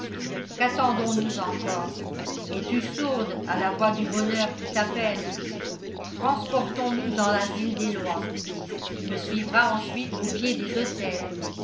quattendons nous encore es-tu sourde à la voix du bonheur qui t'appelle transportons nous dans l'asile des lois tu me suivras ensuite aux pieds des autels